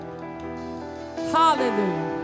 hallelujah